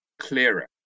clearer